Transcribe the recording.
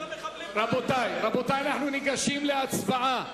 רבותי, רבותי, אנחנו ניגשים להצבעה.